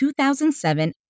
2007